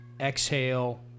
exhale